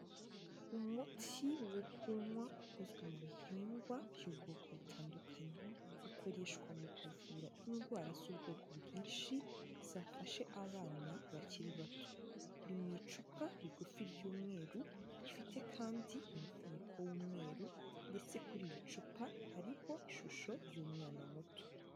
Umuti wo kunywa ukozwe mu bihingwa by'ubwoko butandukanye, ukoreshwa mu kuvura indwara z'ubwoko bwinshi zafashe abana bakiri bato, uri mu icupa rigufi ry'umweru, rifite kandi umufuniko w'umweru, ndetse kuri iri cupa hariho ishusho y'umwana muto.